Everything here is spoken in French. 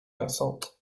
récente